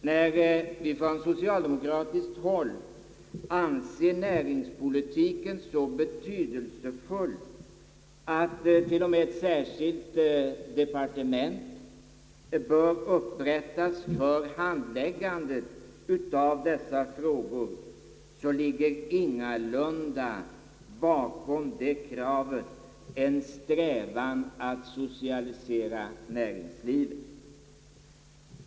När vi från socialdemokratiskt håll anser näringspolitiken så betydelsefull att vi till och med förordat att ett särskilt departement skall upprättas för handläggandet av dessa frågor så ligger ingalunda bakom det kravet en strävan att socialisera näringslivet.